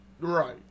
Right